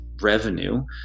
revenue